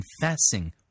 confessing